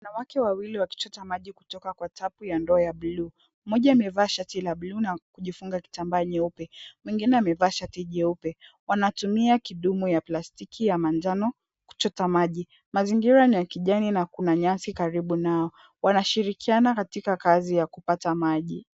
Wanawake wawili wakichota maji kutoka kwa tapu ya ndoo ya bluu. Mmoja amevaa shati la bluu na kujifunga kitambaa nyeupe. Mwingine amevaa shati jeupe. Wanatumia kidumu ya plastiki ya manjano kuchota maji. Mazingira ni ya kijani na kuna nyasi karibu nao. Wanashirikiana katika kazi ya kupata maji.